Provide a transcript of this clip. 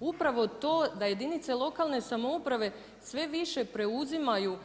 Upravo to da jedinice lokalne samouprave, sve više preuzimaju